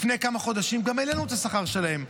לפני כמה חודשים העלינו את השכר שלהן.